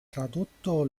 tradotto